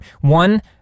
one